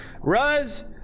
Ruz